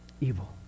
evil